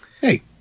Hey